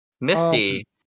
Misty